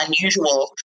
unusual